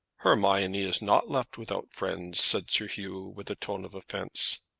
hermione is not left without friends, said sir hugh with a tone of offence.